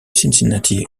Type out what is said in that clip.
cincinnati